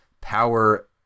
power